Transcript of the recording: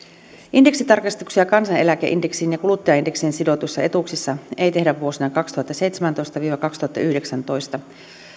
indeksitarkistuksia kansaneläkeindeksiin ja kuluttajaindeksiin sidotuissa etuuksissa ei tehdä vuosina kaksituhattaseitsemäntoista viiva kaksituhattayhdeksäntoista